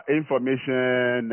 information